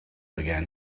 began